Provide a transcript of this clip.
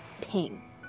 PING